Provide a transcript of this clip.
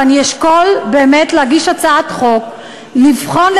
ואשקול באמת להגיש הצעת חוק לבחון,